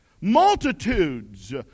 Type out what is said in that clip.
multitudes